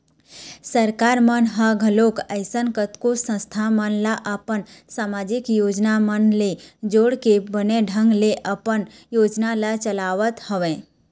सरकार मन ह घलोक अइसन कतको संस्था मन ल अपन समाजिक योजना मन ले जोड़के बने ढंग ले अपन योजना ल चलावत हवय